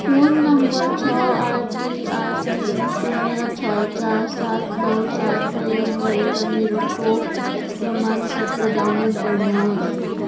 phone number छ आठ दुई आठ तिन शून्य छ चार सात नौ सात प्रयोग गरेर मेरो खोप प्रमाणपत्र डाउनलोड गर्नुहोस्